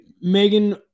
Megan